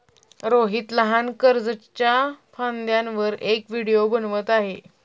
रोहित लहान कर्जच्या फायद्यांवर एक व्हिडिओ बनवत आहे